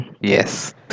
Yes